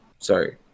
Sorry